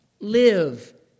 live